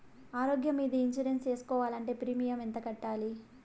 ఆరోగ్యం మీద ఇన్సూరెన్సు సేసుకోవాలంటే ప్రీమియం ఎంత కట్టాలి?